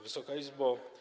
Wysoka Izbo!